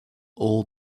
all